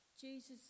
Jesus